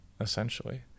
essentially